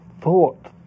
thought